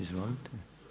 Izvolite.